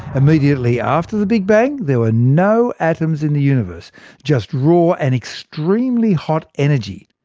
immediately after the big bang, there were no atoms in the universe just raw and extremely hot energy.